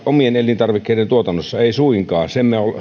omien elintarvikkeiden tuotannossa ei suinkaan